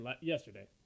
yesterday